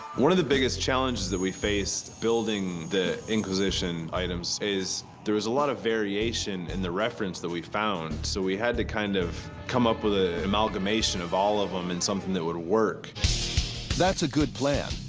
one of the biggest challenges that we faced, building the inquisition items, is there was a lot of variation in the reference that we found. so we had to, kind of, come up with a amalgamation of all of them in something that would work. narrator that's a good plan.